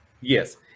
Yes